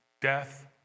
death